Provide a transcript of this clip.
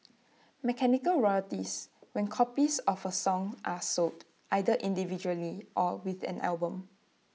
mechanical royalties when copies of A song are sold either individually or with an album